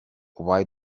why